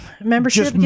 membership